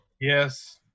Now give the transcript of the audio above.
Yes